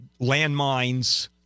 landmines